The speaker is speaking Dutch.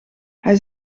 hij